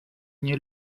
nie